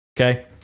okay